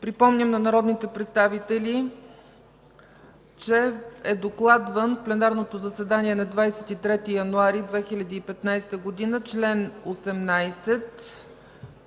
Припомням на народните представители, че в пленарното заседание на 23 януари 2015 г. е докладван чл. 18